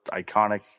iconic